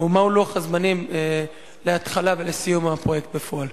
3. מה הוא לוח הזמנים להתחלה ולסיום של הפרויקט בפועל?